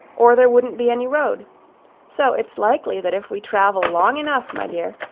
or there wouldn't be any road so it's likely that if we travel long enough, my dear,